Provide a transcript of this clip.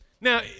Now